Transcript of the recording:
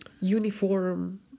uniform